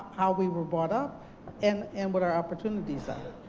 um how we were brought up and and what our opportunities are.